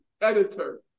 editor